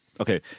okay